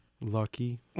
Lucky